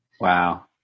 Wow